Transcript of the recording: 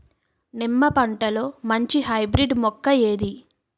నిమ్మ పంటలో మంచి హైబ్రిడ్ మొక్క ఏది?